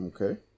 Okay